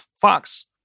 Fox